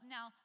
Now